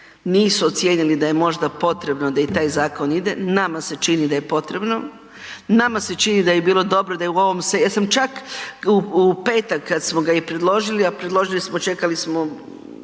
nisu ocijenili da je možda potrebno da i taj zakon ide, nama se čini da je potrebno, nama se čini da bi bilo dobro da je u ovom setu,